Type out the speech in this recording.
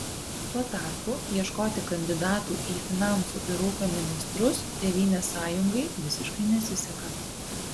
tuo tarpu ieškoti kandidatų į finansų ir ūkio ministrus tėvynės sąjungai visiškai nesiseka